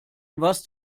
was